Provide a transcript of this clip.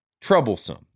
troublesome